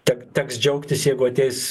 tek teks džiaugtis jeigu ateis